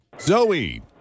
Zoe